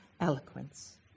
eloquence